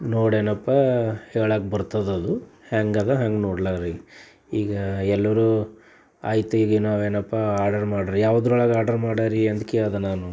ನೋಡೆನಪ್ಪ ಹೇಳೋಕ್ಕೆ ಬರ್ತದದು ಹೆಂಗಿದೆ ಹಂಗೆ ನೋಡಾರಿ ಈಗ ಎಲ್ಲರು ಆಯ್ತು ಈಗ ನಾವೇನಪ್ಪ ಆರ್ಡರ್ ಮಾಡರಿ ಯಾವ್ದರೊಳಗೆ ಆರ್ಡರ್ ಮಾಡರಿ ಅಂತ ಕೇಳ್ದೆ ನಾನು